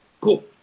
cool